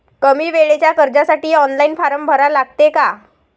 कमी वेळेच्या कर्जासाठी ऑनलाईन फारम भरा लागते का?